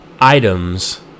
items